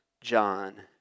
John